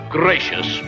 gracious